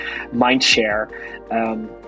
mindshare